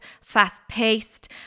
fast-paced